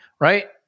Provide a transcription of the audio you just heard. right